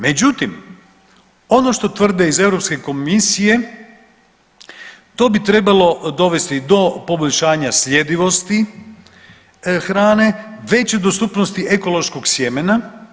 Međutim, ono što tvrde iz Europske komisije to bi trebalo dovesti do poboljšanja sljedivosti hrane, veće dostupnosti ekološkog sjemena.